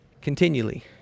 continually